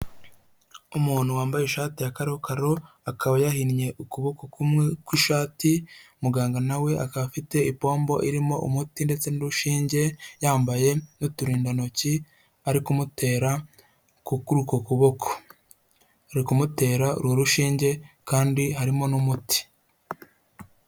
Umuntu wambaye ishati ya karokaro, akaba yahinnye ukuboko kumwe kw'ishati, muganga na we we akaba afite ipombo irimo umuti ndetse n'urushinge, yambaye n'uturindantoki ari kumutera kuri uko kuboko. Ari kumutera urwo rushinge kandi harimo n'umuti.